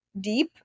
deep